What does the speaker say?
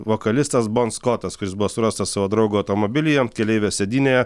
vokalistas bon skotas kuris buvo surastas savo draugo automobilyje keleivio sėdynėje